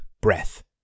breath